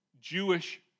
Jewish